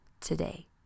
today